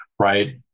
right